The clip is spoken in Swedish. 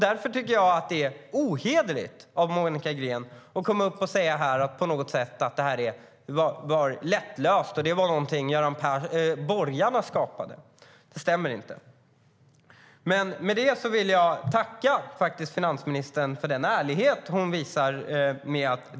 Därför tycker jag att det är ohederligt av Monica Green att säga att det här var någonting lättlöst som borgarna skapade. Det stämmer inte. Jag vill tacka finansministern för den ärlighet hon visar.